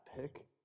pick